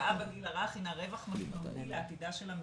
השקעה בגיל הרך הינה רווח משמעותי לעתידה של המדינה.